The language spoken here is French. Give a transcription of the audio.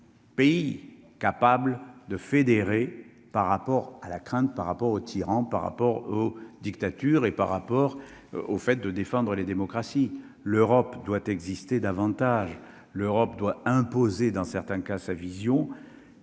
Pays capable de fédérer par rapport à la crainte par rapport aux par rapport aux dictatures et par rapport au fait de défendre les démocraties, l'Europe doit exister davantage l'Europe doit imposer dans certains cas, sa vision,